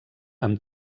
amb